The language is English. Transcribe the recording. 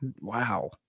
Wow